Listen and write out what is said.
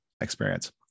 experience